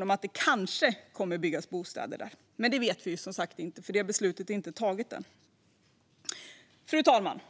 för att det kanske kan byggas bostäder där - något vi som sagt inte vet eftersom beslutet inte är taget än. Fru talman!